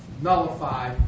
nullify